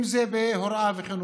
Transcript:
אם זה בהוראה ובחינוך,